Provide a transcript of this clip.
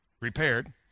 repaired